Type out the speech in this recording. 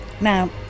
Now